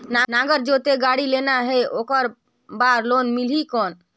नागर जोते गाड़ी लेना हे ओकर बार लोन मिलही कौन?